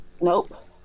Nope